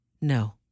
No